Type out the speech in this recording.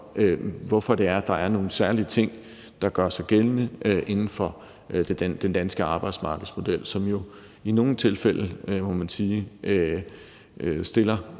hvorfor der er nogle særlige ting, der gør sig gældende inden for den danske arbejdsmarkedsmodel, som jo i nogle tilfælde,